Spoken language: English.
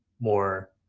more